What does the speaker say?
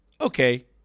okay